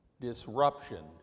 Disruption